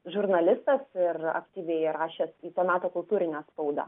žurnalistas ir aktyviai rašęs į to meto kultūrinę spaudą